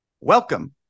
welcome